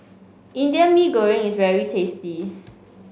Indian Mee Goreng is very tasty